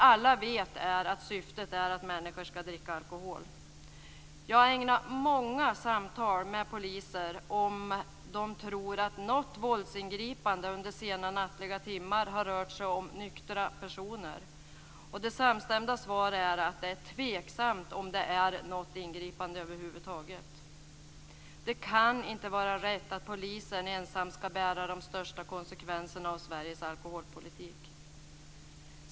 Alla vet att syftet är att människor ska dricka alkohol. Jag har ägnat många samtal med poliser åt om de tror att det i fråga om något våldsingripande under sena, nattliga timmar har rört sig om nyktra personer. Det samstämmiga svaret är att det är tveksamt om detta gäller något ingripande över huvud taget. Det kan inte vara rätt att polisen ensam ska bära de största konsekvenserna av Sveriges alkoholpolitik.